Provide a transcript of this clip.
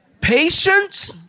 Patience